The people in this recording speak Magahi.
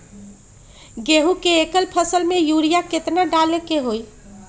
गेंहू के एक फसल में यूरिया केतना डाले के होई?